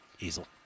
Easel